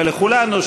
ולכולנו,